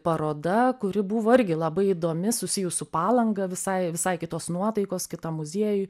paroda kuri buvo irgi labai įdomi susijus su palanga visai visai kitos nuotaikos kitam muziejuj